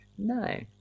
no